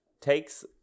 takes